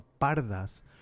pardas